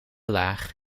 laag